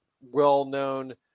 well-known